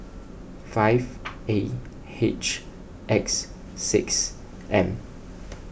five A H X six M